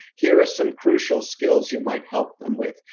here are some crucial skills you might help them with.